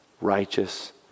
righteous